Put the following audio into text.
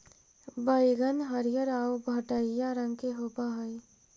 बइगन हरियर आउ भँटईआ रंग के होब हई